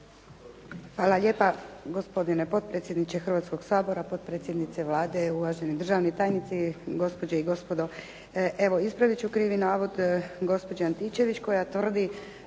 Hvala lijepa. Gospodine potpredsjedniče Hrvatskog sabora, potpredsjednice Vlade, uvaženi državni tajnici, gospođe i gospodo. Evo ispravit ću krivi navod gospođe Antičević koja tvrdi